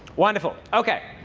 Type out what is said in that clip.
wonderful. ok.